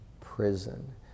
prison